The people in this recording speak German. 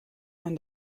man